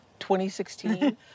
2016